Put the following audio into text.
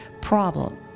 problem